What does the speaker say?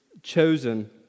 chosen